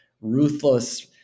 ruthless